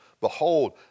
Behold